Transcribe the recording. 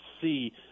see